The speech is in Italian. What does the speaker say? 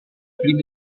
primo